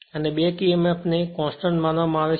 અને back Emf ને constant માનવામાં આવે છે